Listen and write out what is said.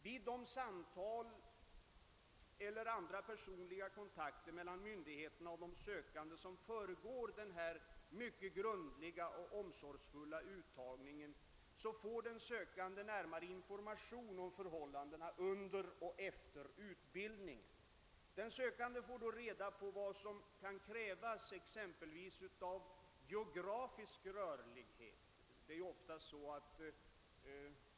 Vid de samtal och andra personliga kontakter mellan myndigheterna och de sökande som föregår denna mycket grundliga och omsorgsfulla uttagning får den sökande närmare informationer om förhållandena under och efter ut bildningstiden. Vederbörande får då reda på exempelvis vad som kan krävas när det gäller geografisk rörlighet.